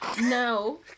No